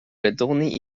redoni